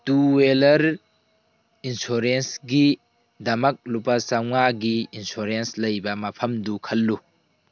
two wheeler ꯏꯟꯁꯨꯔꯦꯟꯁꯒꯤꯗꯃꯛ ꯂꯨꯄꯥ ꯆꯥꯝꯃꯉꯥꯒꯤ ꯏꯟꯁꯤꯔꯦꯟꯁ ꯂꯩꯕ ꯃꯐꯝꯗꯨ ꯈꯜꯂꯨ